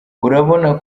urabona